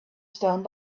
stone